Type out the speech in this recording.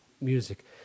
music